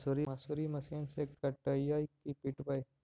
मसुरी मशिन से कटइयै कि पिटबै?